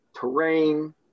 terrain